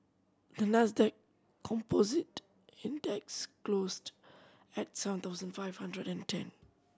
the Nasdaq Composite Index closed at seven thousand five hundred and ten